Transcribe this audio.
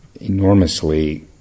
enormously